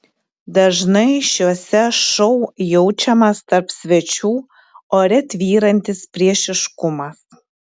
dažnai šiuose šou jaučiamas tarp svečių ore tvyrantis priešiškumas